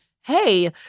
hey